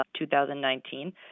2019